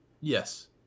Yes